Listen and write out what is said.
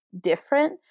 different